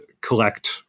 collect